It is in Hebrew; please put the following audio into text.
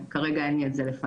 כרגע אין לי את זה לפניי.